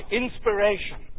inspiration